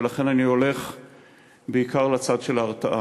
ולכן, אני הולך בעיקר לצד של ההרתעה.